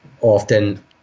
often